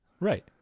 Right